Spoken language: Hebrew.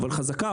אבל חזקה,